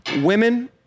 women